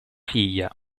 figlia